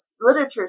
literature